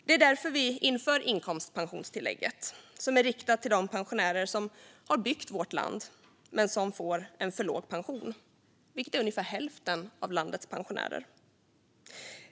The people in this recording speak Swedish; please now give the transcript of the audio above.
Det är därför som vi inför inkomstpensionstillägget, som är riktat till de pensionärer som har byggt vårt land men som får en för låg pension, vilket är ungefär hälften av landets pensionärer.